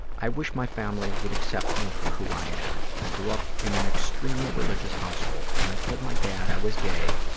i wish my family would accept me for who i am. i grew up in an extremely religious household. when i told my dad i was gay,